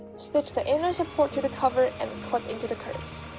stitch the inner support to the cover, and clip into the curves